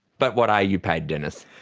but what are you paid, dennis?